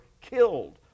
killed